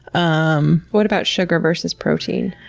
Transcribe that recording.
um what about sugar versus protein?